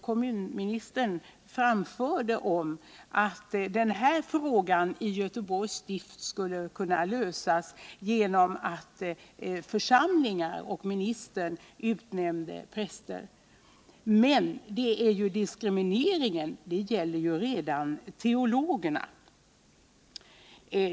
Kommunministern anförde tidigare att denna fråga i Göteborgs stift skulle kunna lösas genom att församlingar och ministern skulle utnämna präster. Men diskrimineringen gäller ju redan teologerna.